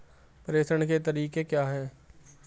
प्रेषण के तरीके क्या हैं?